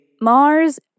Mars